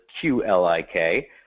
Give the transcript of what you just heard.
Q-L-I-K